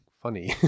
funny